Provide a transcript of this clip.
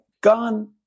gone